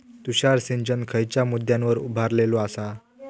तुषार सिंचन खयच्या मुद्द्यांवर उभारलेलो आसा?